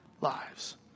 lives